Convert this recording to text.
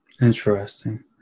interesting